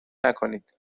نکنید